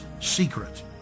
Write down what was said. secret